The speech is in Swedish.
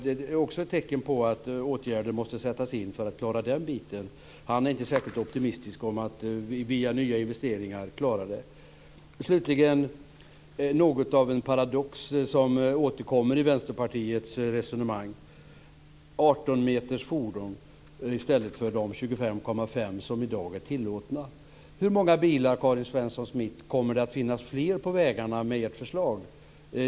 Det är också ett tecken på att åtgärder måste sättas in för att klara den biten. Han är inte särskilt optimistisk om möjligheten att via nya investeringar klara det. Slutligen till något av en paradox som återkommer i Vänsterpartiets resonemang - frågan om 18 meters fordon i stället för de 25,5 meter som i dag är tillåtna. Hur många fler bilar, Karin Svensson Smith, kommer det att finnas på vägarna med ert förslag?